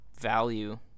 value